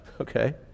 Okay